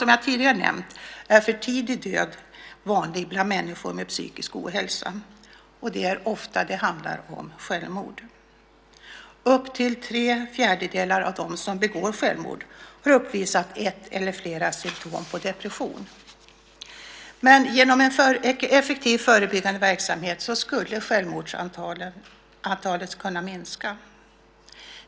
Som jag tidigare nämnt är för tidig död vanlig bland människor med psykisk ohälsa, och det handlar ofta om självmord. Upp till tre fjärdedelar av dem som begår självmord har uppvisat ett eller flera symtom på depression. Genom en effektiv förebyggande verksamhet skulle antalet självmord kunna minska.